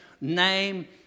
name